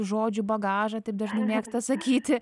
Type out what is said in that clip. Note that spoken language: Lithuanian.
žodžių bagažą taip dažnai mėgsta sakyti